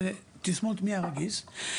זו תסמונת מעי רגיז,